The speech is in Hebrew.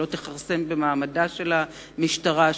שלא תכרסם במעמדה של המשטרה,